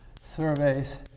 surveys